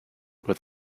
with